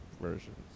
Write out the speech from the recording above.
versions